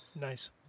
Nice